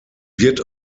wird